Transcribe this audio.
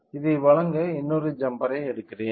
இதை வழங்க இன்னொரு ஜம்பர் ஐ எடுக்கிறேன்